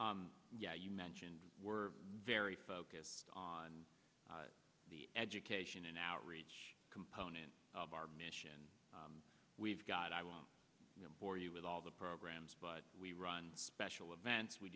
money yeah you mentioned we're very focused on the education an outreach component of our mission we've got i won't bore you with all the programs but we run special events we